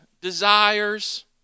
desires